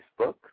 Facebook